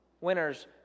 Winners